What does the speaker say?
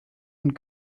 und